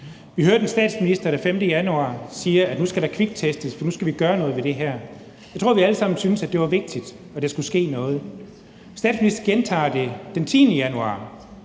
Vi hørte en statsminister, der den 5. januar sagde, at nu skulle der kviktestes, for nu skulle vi gøre noget ved det her. Jeg tror, vi alle sammen syntes, det var vigtigt, at der skulle ske noget. Statsministeren gentog det den 10. januar.